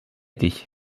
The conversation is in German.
dich